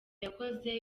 yakoze